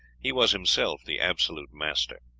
he was himself the absolute master.